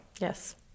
Yes